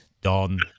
Don